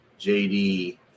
JD